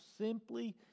simply